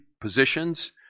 positions